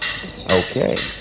Okay